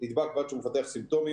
נדבק ועד שהוא מפתח סימפטומים.